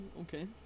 Okay